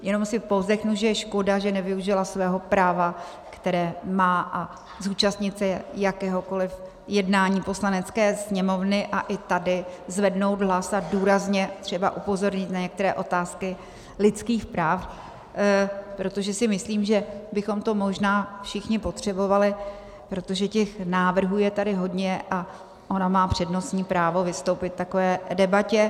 Jenom si povzdechnu, že je škoda, že nevyužila svého práva, které má, zúčastnit se jakéhokoliv jednání Poslanecké sněmovny a i tady zvednout hlas a důrazně třeba upozornit na některé otázky lidských práv, protože si myslím, že bychom to možná všichni potřebovali, protože těch návrhů je tady hodně a ona má přednostní právo vystoupit v takové debatě.